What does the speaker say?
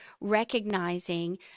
recognizing